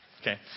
Okay